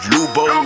Lubo